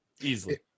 Easily